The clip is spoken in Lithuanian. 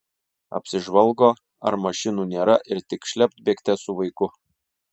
apsižvalgo ar mašinų nėra ir tik šlept bėgte su vaiku